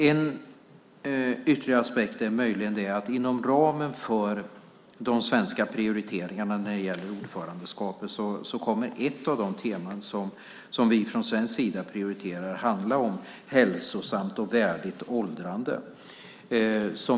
En ytterligare aspekt är möjligen att inom ramen för de svenska prioriteringarna när det gäller ordförandeskapet kommer ett av de teman som vi från svensk sida prioriterar att handla om ett hälsosamt och värdigt åldrande.